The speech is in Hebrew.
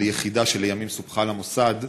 ליחידה שלימים סופחה למוסד,